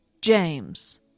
James